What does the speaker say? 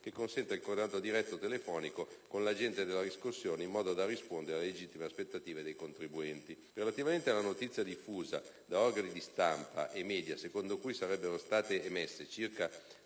che consenta il contatto diretto telefonico con l'Agente della riscossione in modo da rispondere alle legittime aspettative dei contribuenti. Relativamente alla notizia diffusa da organi di stampa e media, secondo cui sarebbero state emesse in